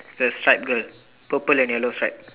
the stripe girl purple and yellow stripe